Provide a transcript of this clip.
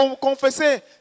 confesser